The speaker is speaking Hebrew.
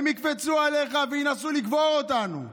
הם יקפצו עליך וינסו לקבור אותנו.